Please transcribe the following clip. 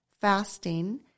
Fasting